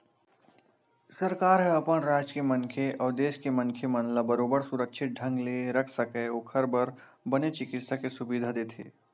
सरकार ह अपन राज के मनखे अउ देस के मनखे मन ला बरोबर सुरक्छित ढंग ले रख सकय ओखर बर बने चिकित्सा के सुबिधा देथे